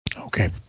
Okay